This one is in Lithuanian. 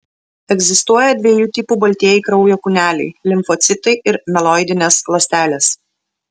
egzistuoja dviejų tipų baltieji kraujo kūneliai limfocitai ir mieloidinės ląstelės